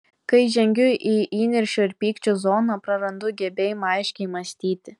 kai žengiu į įniršio ir pykčio zoną prarandu gebėjimą aiškiai mąstyti